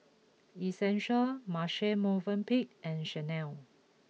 Essential Marche Movenpick and Chanel